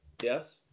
Yes